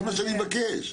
זה מה שאני מבקש.